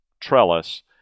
trellis